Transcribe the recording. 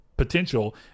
potential